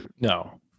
no